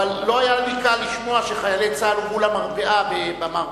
אבל לא היה לי קל לשמוע שחיילי צה"ל הובאו למרפאה ב"מרמרה"